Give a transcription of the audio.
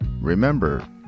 Remember